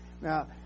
Now